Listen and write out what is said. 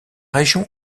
région